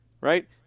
right